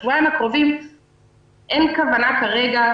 בשבועיים הקרובים אין כוונה כרגע,